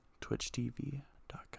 twitchtv.com